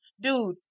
dude